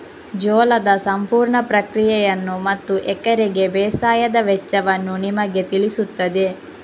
ಜೋಳದ ಸಂಪೂರ್ಣ ಪ್ರಕ್ರಿಯೆಯನ್ನು ಮತ್ತು ಎಕರೆಗೆ ಬೇಸಾಯದ ವೆಚ್ಚವನ್ನು ನಿಮಗೆ ತಿಳಿಸುತ್ತದೆ